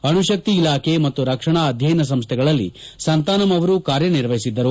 ಅಣುಶಕ್ತಿ ಇಲಾಖೆ ಮತ್ತು ರಕ್ಷಣಾ ಅಧ್ಯಯನ ಸಂಸ್ಥೆಗಳಲ್ಲಿ ಸಂತಾನಮ್ ಅವರು ಕಾರ್ಯ ನಿರ್ವಹಿಸಿದ್ದರು